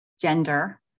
gender